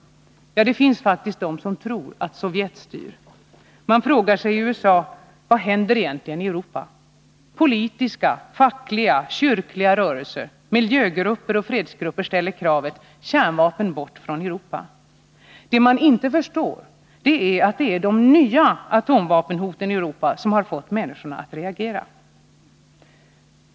Ja, det finns faktiskt de som tror att Sovjet styr. Man frågar sig i USA: Vad händer egentligen i Europa? Politiska, fackliga, kyrkliga rörelser, miljögrupper och fredsgrupper ställer kravet: Kärnvapen bort från Europa! Det man inte förstår är att det är de nya atomvapenhoten i Europa som har fått människor att reagera.